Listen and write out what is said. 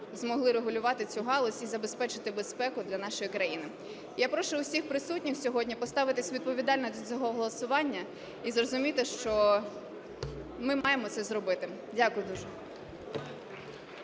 змогли регулювати цю галузь і забезпечити безпеку для нашої країни. Я прошу усіх присутніх сьогодні поставитись відповідально до цього голосування і зрозуміти, що ми маємо це зробити. Дякую дуже.